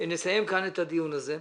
נסיים כאן את הדיון הזה,